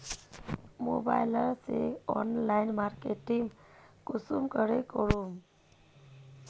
Mobile से online marketing कुंसम के करूम?